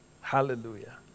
Hallelujah